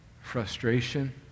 frustration